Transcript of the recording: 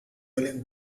rolling